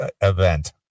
event